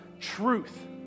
truth